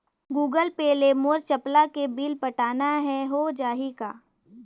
Google Pay ले मोल चपला के बिल पटाना हे, हो जाही का?